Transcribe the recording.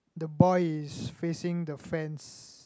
the boy is facing the fence